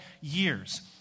years